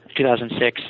2006